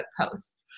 posts